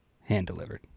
Hand-delivered